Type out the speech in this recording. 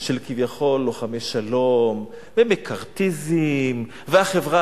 של כביכול לוחמי שלום ומקארתיזם והחברה